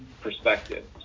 perspective